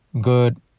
good